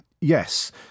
yes